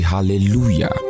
Hallelujah